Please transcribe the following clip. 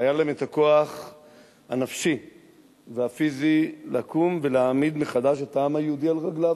היה להן הכוח הנפשי והפיזי לקום ולהעמיד מחדש את העם היהודי על רגליו.